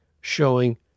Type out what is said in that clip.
showing